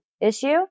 issue